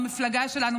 המפלגה שלנו,